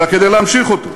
אלא כדי להמשיך אותו.